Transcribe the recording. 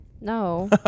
No